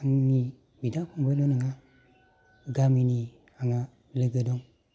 आंनि बिदा फंबायल' नङा गामिनि आंना लोगो दं